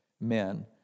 men